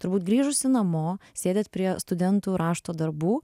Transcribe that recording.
turbūt grįžusi namo sėdęs prie studentų rašto darbų